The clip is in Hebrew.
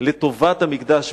לטובת המקדש.